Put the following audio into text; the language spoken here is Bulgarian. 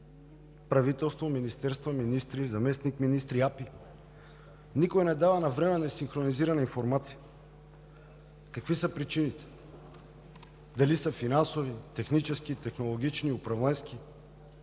Правителство, министерства, министри, заместник-министри, АПИ – никой не дава навременна и синхронизирана информация какви са причините – дали са финансови, технически, технологични, управленски,